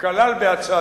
הוא כלל בהצעתו,